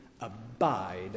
abide